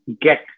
get